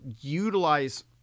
utilize